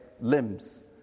limbs